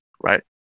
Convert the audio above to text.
right